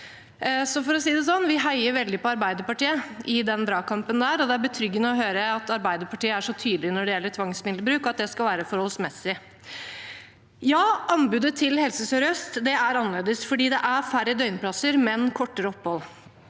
Vi heier veldig på Arbeiderpartiet i den dragkampen, og det er betryggende å høre at de er så tydelige når det gjelder tvangsmiddelbruk, og sier at det skal være forholdsmessig. Ja, anbudet til Helse sør-øst er annerledes, for det er færre døgnplasser, men kortere opphold.